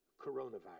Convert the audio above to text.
Coronavirus